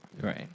Right